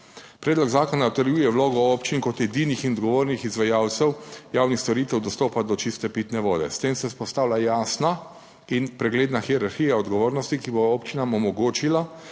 Predlog zakona utrjuje vlogo občin kot edinih in odgovornih izvajalcev javnih storitev dostopa do čiste pitne vode. S tem se vzpostavlja jasna in pregledna hierarhija odgovornosti, ki bo občinam omogočila,